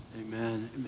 Amen